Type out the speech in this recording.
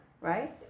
right